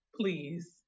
please